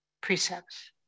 precepts